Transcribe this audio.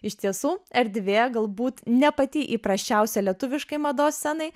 iš tiesų erdvė galbūt ne pati įprasčiausia lietuviškai mados scenai